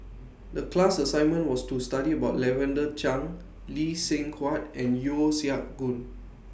The class assignment was to study about Lavender Chang Lee Seng Huat and Yeo Siak Goon